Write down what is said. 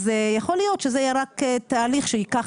אז יכול להיות שזה יהיה תהליך שייקח